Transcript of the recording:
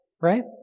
Right